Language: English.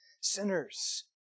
sinners